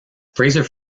fraser